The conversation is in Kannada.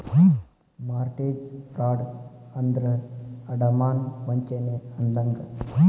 ಮಾರ್ಟೆಜ ಫ್ರಾಡ್ ಅಂದ್ರ ಅಡಮಾನ ವಂಚನೆ ಅಂದಂಗ